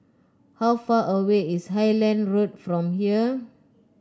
how far away is Highland Road from here